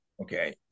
Okay